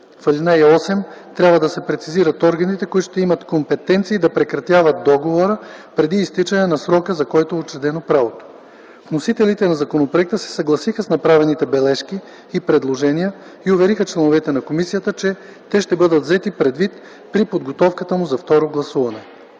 В ал. 8 трябва да се прецизират органите, които ще имат компетенции да прекратят договора преди изтичане на срока, за който е учредено правото. Вносителите на законопроекта се съгласиха с направените бележки и предложения и увериха членовете на комисията, че те ще бъдат взети предвид при подготовката му за второ гласуване.